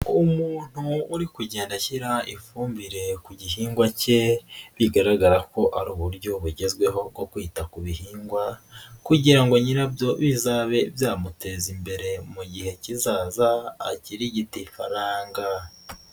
Umuntu uri kugenda ashyira ifumbire ku gihingwa cye, bigaragara ko ari uburyo bugezweho bwo kwita ku bihingwa kugira ngo nyirabyo bizabe byamuteza imbere mu gihe kizaza akirigite ifaranga.